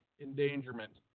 endangerment